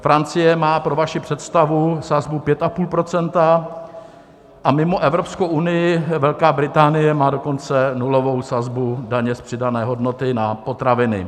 Francie má pro vaši představu sazbu 5,5 % a mimo Evropskou unii Velká Británie má dokonce nulovou sazbu daně z přidané hodnoty na potraviny.